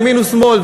ימין או שמאל,